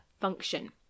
function